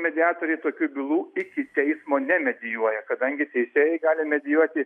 mediatoriai tokių bylų iki teismo nemedijuoja kadangi teisėjai gali medijuoti